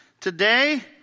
today